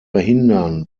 verhindern